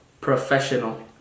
professional